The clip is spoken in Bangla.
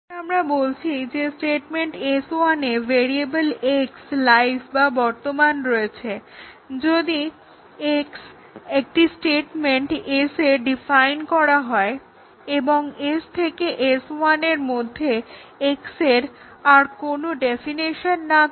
এখন আমরা বলছি যে স্টেটমেন্ট S1 এ ভেরিয়েবল X লাইভ বা বর্তমান রয়েছে যদি x একটা স্টেটমেন্ট S এ ডেফাইন করা হয় এবং S থেকে S1 এর মধ্যে X এর আর কোনো ডেফিনেশন না থাকে